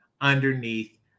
underneath